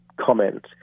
comment